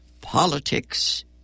politics